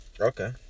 okay